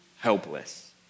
helpless